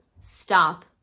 stop